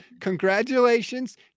Congratulations